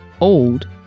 old